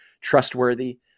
trustworthy